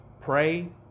Pray